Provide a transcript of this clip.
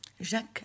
Jacques